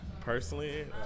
Personally